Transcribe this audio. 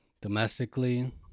Domestically